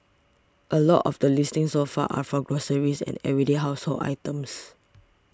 a lot of the listings so far are for groceries and everyday household items